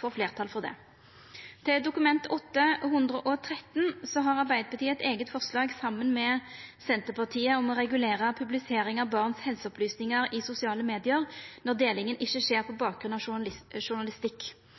får fleirtal for det. Til Dokument 8:113 har Arbeidarpartiet, saman med Senterpartiet, eit eige forslag om å regulera publisering av barns helseopplysningar i sosiale medium når delinga ikkje skjer på bakgrunn av